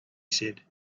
said